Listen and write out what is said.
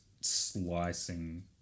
slicing